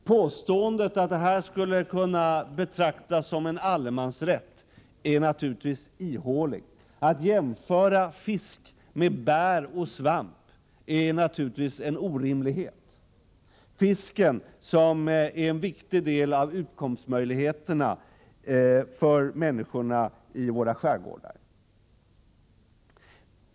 Påståendet att detta skulle kunna betraktas som en allemansrätt är naturligtvis ihåligt. Att jämföra fisk med bär och svamp är naturligtvis en orimlighet. Fisken är en viktig del av utkomstmöjligheterna för människorna i våra skärgårdar.